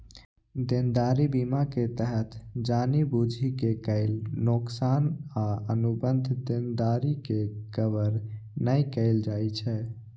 देनदारी बीमा के तहत जानि बूझि के कैल नोकसान आ अनुबंध देनदारी के कवर नै कैल जाइ छै